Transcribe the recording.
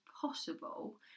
possible